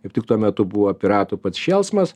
kaip tik tuo metu buvo piratų pats šėlsmas